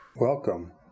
Welcome